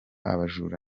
abajura